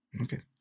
okay